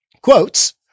quotes